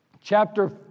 chapter